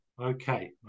Okay